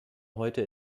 heute